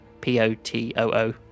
P-O-T-O-O